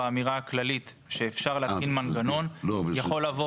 באמירה הכללית שאפשר להתקין מנגנון יכול לבוא